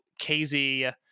KZ